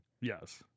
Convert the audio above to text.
Yes